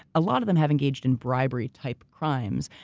a lot of them have engaged in bribery type crimes,